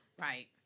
Right